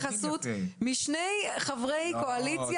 תראה איזו התייחסות משני חברי קואליציה